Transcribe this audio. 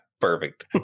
perfect